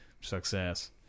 Success